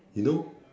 you know